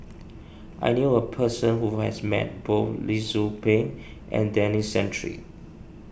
I knew a person who has met both Lee Tzu Pheng and Denis Santry